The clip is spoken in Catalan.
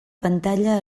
pantalla